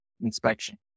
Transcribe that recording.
inspection